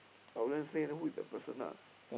I wouldn't say who is that person ah